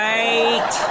Right